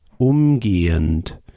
Umgehend